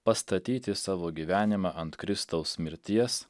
pastatyti savo gyvenimą ant kristaus mirties